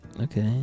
Okay